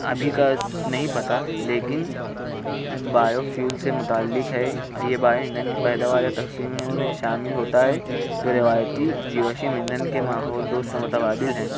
ابھی کا نہیں پتا لیکن بایوفیول سے متعلق ہے یہ بایوایندھن کی پیداوار اورتقسیم میں شامل ہوتا ہے جو روایتی جیورشی ایندھن کے ماحول دوست متبادل ہیں